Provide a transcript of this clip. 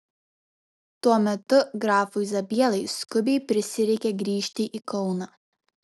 tuo metu grafui zabielai skubiai prisireikė grįžti į kauną